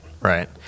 Right